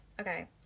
Okay